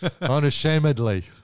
Unashamedly